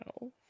No